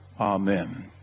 Amen